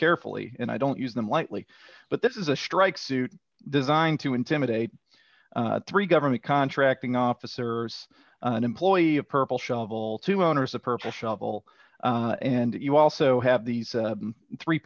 carefully and i don't use them lightly but this is a strike suit designed to intimidate three government contracting officers an employee of purple shovel two owners a purple shovel and you also have these three